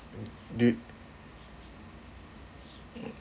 do